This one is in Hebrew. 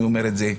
אני אומר את זה.